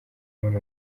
muri